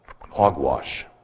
hogwash